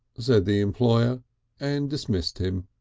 said the employer and dismissed him.